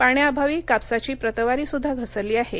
पाण्याअभावी कापसाची प्रतवारीसुद्धा घसरली आहा